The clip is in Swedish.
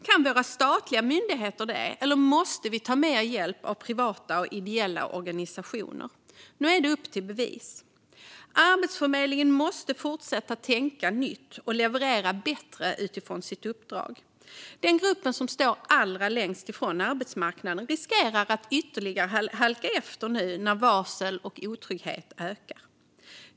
Kan våra statliga myndigheter det, eller måste vi ta hjälp av privata och ideella organisationer? Nu är det upp till bevis. Arbetsförmedlingen måste fortsätta att tänka nytt och leverera bättre utifrån sitt uppdrag. Den grupp som står allra längst ifrån arbetsmarknaden riskerar att ytterligare halka efter nu när varsel och otrygghet ökar.